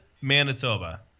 Manitoba